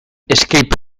escape